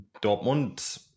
Dortmund